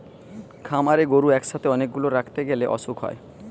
খামারে গরু একসাথে অনেক গুলা রাখতে গ্যালে অসুখ হয়